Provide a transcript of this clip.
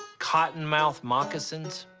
cottonmouth moccasins.